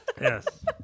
Yes